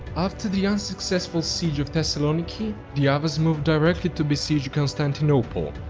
after the unsuccessful siege of thessaloniki, the avars moved directly to besiege constantinople.